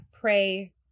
pray